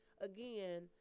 again